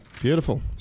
Beautiful